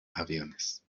aviones